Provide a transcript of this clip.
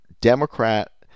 Democrat